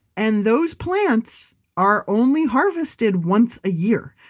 and those plants are only harvested once a year.